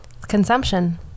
Consumption